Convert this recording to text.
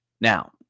Now